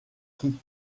qui